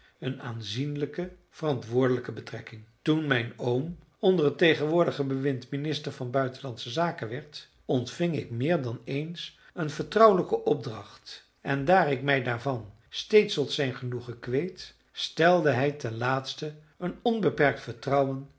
een aanzienlijke verantwoordelijke betrekking toen mijn oom onder het tegenwoordige bewind minister van buitenlandsche zaken werd ontving ik meer dan eens een vertrouwelijke opdracht en daar ik mij daarvan steeds tot zijn genoegen kweet stelde hij ten laatste een onbeperkt vertrouwen